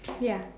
ya